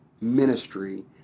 ministry